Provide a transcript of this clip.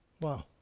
Wow